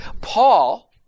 Paul